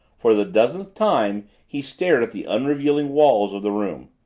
for the dozenth time he stared at the unrevealing walls of the room.